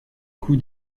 coups